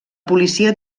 policia